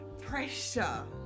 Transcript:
pressure